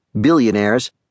billionaires